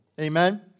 Amen